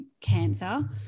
cancer